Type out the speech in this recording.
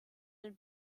den